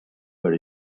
where